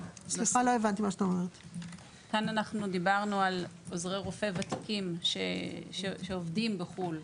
דיברנו על עוזרי רופא ותיקים שעובדים בחו"ל.